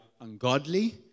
ungodly